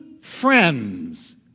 friends